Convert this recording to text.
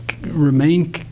remain